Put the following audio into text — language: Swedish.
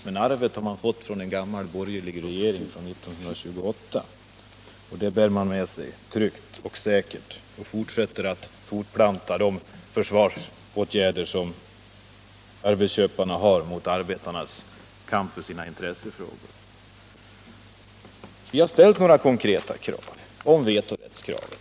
Men arvet har man fått från en gammal borgerlig regering av år 1928, och det bär man med sig tryggt och säkert och fortsätter med de försvarsåtgärder som arbetsköparna kan ta till mot arbetarnas kamp för sina intressen. Vi har ställt några konkreta krav, t.ex. vetorättskravet.